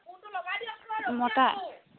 মতা